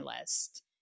list